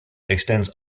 extends